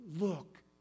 look